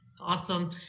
Awesome